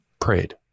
prayed